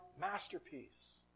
masterpiece